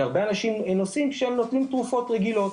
כי הרבה אנשים נוסעים כשהם נוטלים תרופות רגילות.